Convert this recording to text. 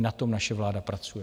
A i na tom naše vláda pracuje.